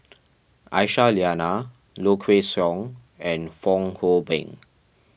Aisyah Lyana Low Kway Song and Fong Hoe Beng